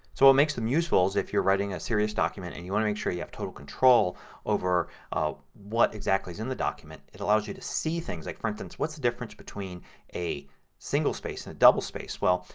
so what makes them useful is if you are writing a serious document and you want to make sure you have total control over what exactly is in the document it allows you to see things. like for instance, what is the different between a single space and a double space. well,